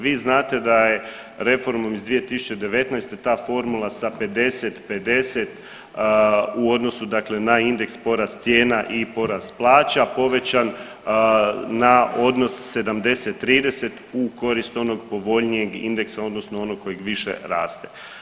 Vi znate da je reformom iz 2019. ta formula sa 50:50 u odnosu dakle na indeks porast cijena i porast plaća povećan na odnos 70:30 u korist onog povoljnijeg indeksa odnosno onog koji više raste.